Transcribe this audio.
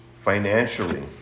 financially